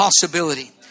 possibility